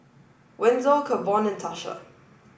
Wenzel Kavon and Tasha